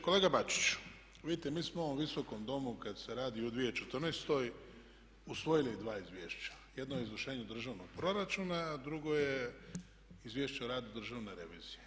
Kolega Bačić vidite mi smo u ovom Visokom domu kad se radi o 2014. usvojili dva izvješća, jedno je o izvršenju državnog proračuna, a drugo je Izvješće o radu Državne revizije.